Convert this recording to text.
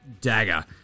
dagger